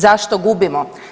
Zašto gubimo?